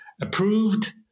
approved